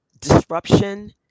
disruption